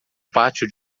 pátio